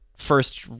first